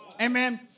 amen